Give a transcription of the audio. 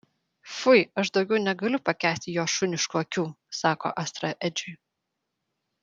fui aš daugiau negaliu pakęsti jo šuniškų akių sako astra edžiui